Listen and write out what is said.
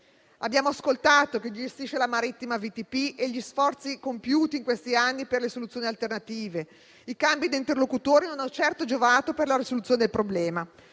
Abbiamo ascoltato chi gestisce la Marittima Venezia terminal passeggeri (VTP) e gli sforzi compiuti in questi anni per le soluzioni alternative; i cambi di interlocutore non hanno certo giovato alla risoluzione del problema.